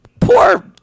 poor